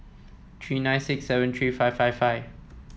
three nine six seven three five five five